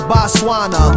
Botswana